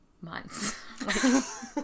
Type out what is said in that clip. Months